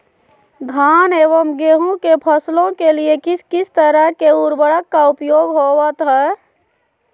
धान एवं गेहूं के फसलों के लिए किस किस तरह के उर्वरक का उपयोग होवत है?